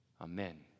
Amen